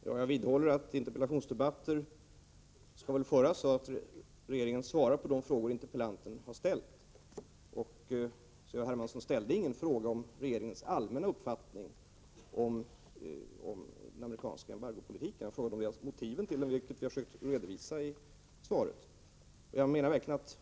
Herr talman! Jag vidhåller att interpellationsdebatter skall föras så, att regeringen svarar på de frågor som interpellanten har ställt. C.-H. Hermansson ställde inga frågor om regeringens allmänna uppfattning om den amerikanska embargopolitiken. Han frågade om motivet till den, vilket jag har försökt redovisa i svaret.